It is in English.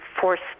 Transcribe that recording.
forced